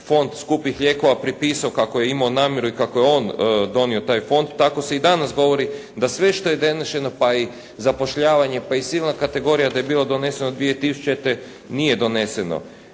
fond skupih lijekova prepisao kako je imao namjeru i kako je on donio taj fond, tako se i danas govori da sve što je donošeno pa i zapošljavanje, pa i silna kategorija da je bilo doneseno 2000., nije doneseno.